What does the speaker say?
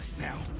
now